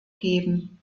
geben